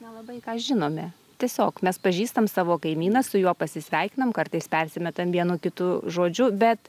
nelabai ką žinome tiesiog mes pažįstam savo kaimyną su juo pasisveikinam kartais persimetam vienu kitu žodžiu bet